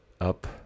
up